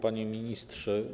Panie Ministrze!